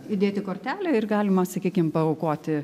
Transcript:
įdėti kortelę ir galima sakykim paaukoti